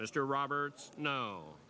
mr roberts no